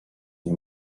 nie